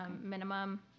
minimum